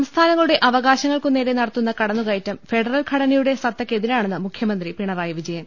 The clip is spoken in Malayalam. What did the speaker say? സംസ്ഥാനങ്ങളുടെ അവകാശങ്ങൾക്കുനേരെ നടത്തുന്ന കടന്നുകയറ്റം ഫെഡറൽ ഘടനയുടെ സത്തക്കെതിരാ ണെന്ന് മുഖ്യമന്ത്രി പിണറായി വിജയൻ